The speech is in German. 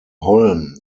holm